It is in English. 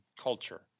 culture